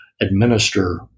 administer